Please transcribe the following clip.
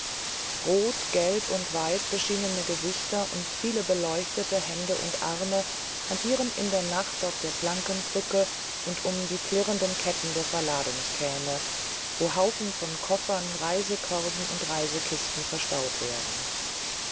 rot gelb und weiß beschienene gesichter und viele beleuchtete hände und arme hantieren in der nacht auf der plankenbrücke und um die klirrenden ketten der verladungskähne wo haufen von koffern reisekörben und reisekisten verstaut werden